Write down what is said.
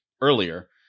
earlier